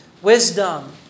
Wisdom